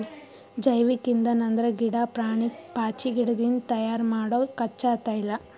ಜೈವಿಕ್ ಇಂಧನ್ ಅಂದ್ರ ಗಿಡಾ, ಪ್ರಾಣಿ, ಪಾಚಿಗಿಡದಿಂದ್ ತಯಾರ್ ಮಾಡೊ ಕಚ್ಚಾ ತೈಲ